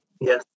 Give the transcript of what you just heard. Yes